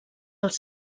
als